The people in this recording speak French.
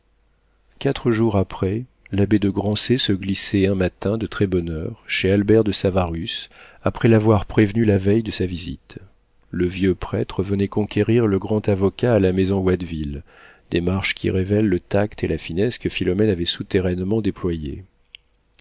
quatre jours après l'abbé de grancey se glissait un matin de très-bonne heure chez albert de savarus après l'avoir prévenu la veille de sa visite le vieux prêtre venait conquérir le grand avocat à la maison watteville démarche qui révèle le tact et la finesse que philomène avait souterrainement déployés